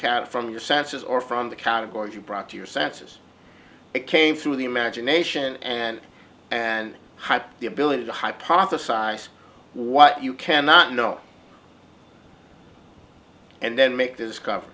cat from your senses or from the categories you brought to your senses it came through the imagination and and hype the ability to hypothesize what you cannot know and then make discover